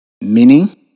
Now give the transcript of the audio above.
Meaning